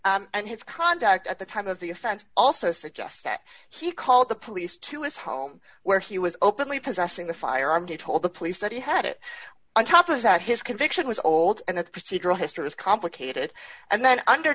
and his conduct at the time of the offense also suggests that he called the police to his home where he was openly possessing the firearm he told the police that he had it on top of that his conviction was old and that procedural history is complicated and then under